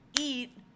eat